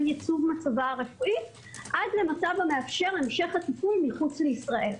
ייצוב מצבה הרפואי עד למצב המאפשר המשך הטיפול מחוץ לישראל,